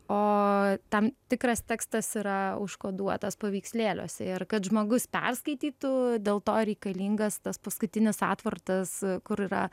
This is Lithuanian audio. o tam tikras tekstas yra užkoduotas paveikslėliuose ir kad žmogus perskaitytų dėl to reikalingas tas paskutinis atvartas kur yra